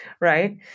right